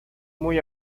muy